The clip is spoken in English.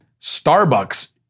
Starbucks